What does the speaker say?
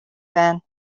байна